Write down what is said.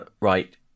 right